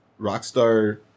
Rockstar